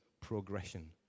progression